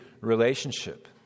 relationship